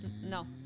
No